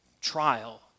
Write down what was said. trial